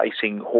facing